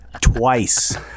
twice